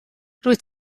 rwyt